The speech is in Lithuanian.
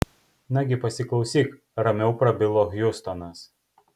nagi pasiklausyk ramiau prabilo hjustonas